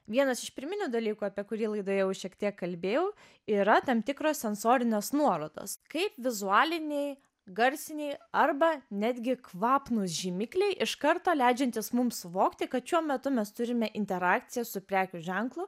vienas iš pirminių dalykų apie kurį laidoje jau šiek tiek kalbėjau yra tam tikros sensorinės nuorodos kaip vizualiniai garsiniai arba netgi kvapnūs žymikliai iš karto leidžiantys mums suvokti kad šiuo metu mes turime interakciją su prekių ženklu